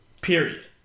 period